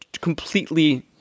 completely